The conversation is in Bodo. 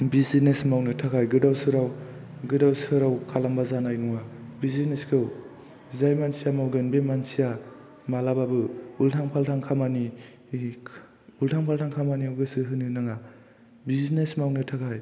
बिजनेस मावनो थाखाय गोदाव सोराव खालामबा जानाय नङा बिजनेसखौ जाय मानसिया मावगोन बे मानसिया मालाबाबो उल्थां फाल्थां खामानियाव गोसो होनो नाङा बिजनेस मावनो थाखाय